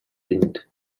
принято